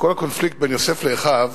שכל הקונפליקט בין יוסף לאחיו